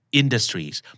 industries